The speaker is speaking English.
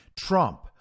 Trump